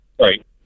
Right